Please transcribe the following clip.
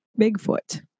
Bigfoot